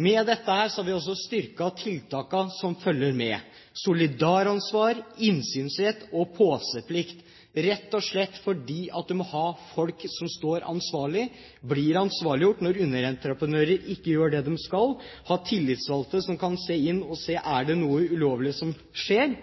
Med dette har vi også styrket tiltakene som følger med – solidaransvar, innsynsrett og påseplikt – rett og slett fordi en må ha folk som står ansvarlige, som blir ansvarliggjort når underentreprenører ikke gjør det de skal, og tillitsvalgte som kan se om det er noe ulovlig som skjer.